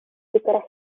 bywgraffiad